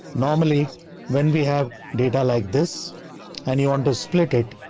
normally when we have data like this and you want to split it,